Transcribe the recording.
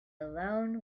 alone